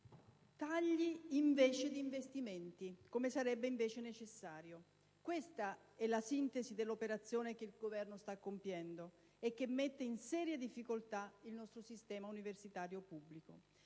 tagli invece di investimenti, come sarebbe necessario: questa è la sintesi dell'operazione che il Governo sta compiendo e che mette in serie difficoltà il nostro sistema universitario pubblico.